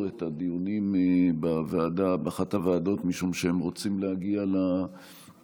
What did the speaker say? את הדיונים באחת הוועדות משום שהם רוצים להגיע למליאה,